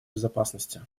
безопасности